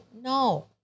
No